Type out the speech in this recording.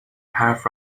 حرف